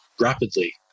rapidly